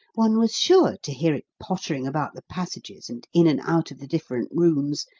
one was sure to hear it pottering about the passages and in and out of the different rooms,